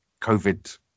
COVID